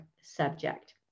subject